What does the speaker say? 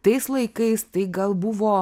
tais laikais tai gal buvo